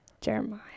Jeremiah